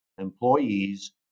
employees